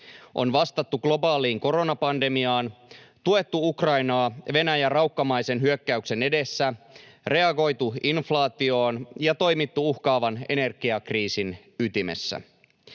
On vastattu globaaliin koronapandemiaan, tuettu Ukrainaa Venäjän raukkamaisen hyökkäyksen edessä, reagoitu inflaatioon ja toimittu uhkaavan energiakriisin ytimessä.